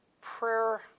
prayer